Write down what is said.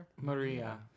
Maria